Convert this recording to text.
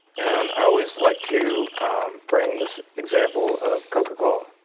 and i always like to bring this example of coca-cola.